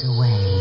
Away